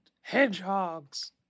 hedgehogs